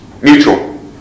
Mutual